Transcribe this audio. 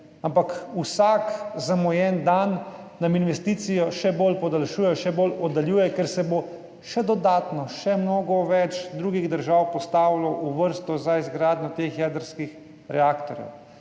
Ampak vsak zamujen dan nam investicijo še bolj podaljšuje, še bolj oddaljuje, ker se bo še dodatno, še mnogo več drugih držav postavilo v vrsto za izgradnjo teh jedrskih reaktorjev.